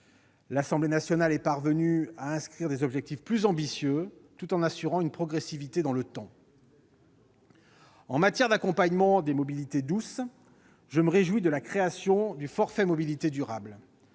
l'Assemblée nationale est parvenue à inscrire dans le texte des objectifs plus ambitieux tout en garantissant une progressivité dans le temps. En matière d'accompagnement des mobilités douces, je me réjouis de la création du forfait mobilité durable